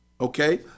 Okay